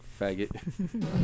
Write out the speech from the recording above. faggot